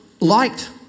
liked